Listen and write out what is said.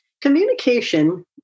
communication